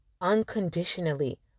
unconditionally